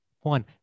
one